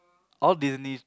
all Disney